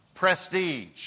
prestige